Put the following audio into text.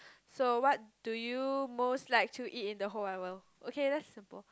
so what do you most like to eat in the whole wide world okay that's simple